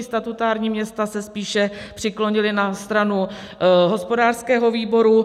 Statutární města se spíše přiklonila na stranu hospodářského výboru.